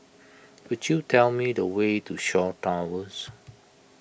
could you tell me the way to Shaw Towers